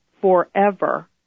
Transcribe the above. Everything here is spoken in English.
forever